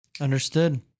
understood